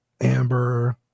amber